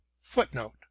Footnote